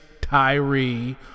Tyree